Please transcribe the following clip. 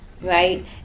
right